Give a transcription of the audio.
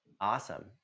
Awesome